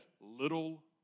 little